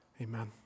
Amen